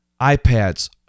iPads